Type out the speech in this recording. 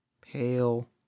pale